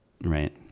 right